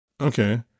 okay